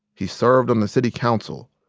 he served on the city council.